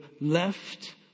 left